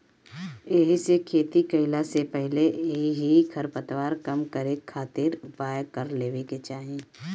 एहिसे खेती कईला से पहिले ही खरपतवार कम करे खातिर उपाय कर लेवे के चाही